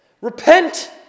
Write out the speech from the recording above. Repent